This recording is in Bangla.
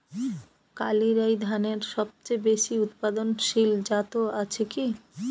কালিরাই ধানের সবচেয়ে বেশি উৎপাদনশীল জাত আছে কি?